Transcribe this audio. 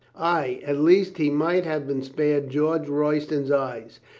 ay, at least he might have been spared george royston's eyes.